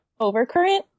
overcurrent